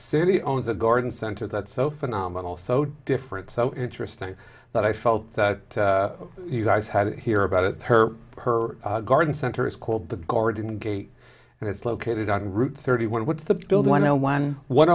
city owns a garden center that's so phenomenal so different so interesting that i felt that you guys had here about it her her garden center is called the garden gate and it's located on route thirty one what's the build one zero one one